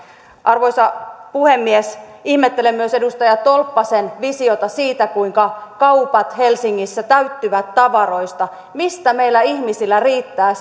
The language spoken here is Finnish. arvoisa puhemies ihmettelen myös edustaja tolppasen visiota siitä kuinka kaupat helsingissä täyttyvät tavaroista mistä meillä ihmisillä riittää